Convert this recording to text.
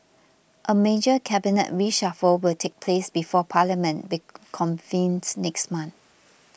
a major Cabinet reshuffle will take place before Parliament reconvenes next month